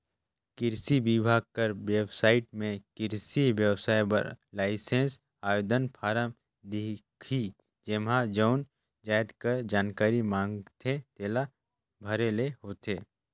किरसी बिभाग कर बेबसाइट में किरसी बेवसाय बर लाइसेंस आवेदन फारम दिखही जेम्हां जउन जाएत कर जानकारी मांगथे तेला भरे ले होथे